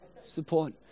support